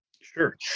Sure